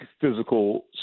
physical